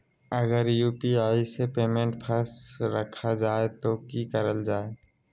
अगर यू.पी.आई से पेमेंट फस रखा जाए तो की करल जाए?